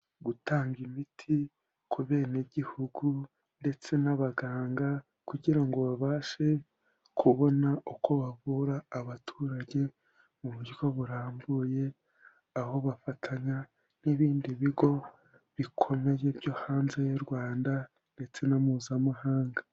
Gutanga imiti ku benegihugu ndetse n'abaganga kugira ngo babashe kubona uko bavura abaturage mu buryo burambuye, aho bafatanya n'ibindi bigo bikomeye byo hanze y'u Rwanda ndetse na mpuzamahanga.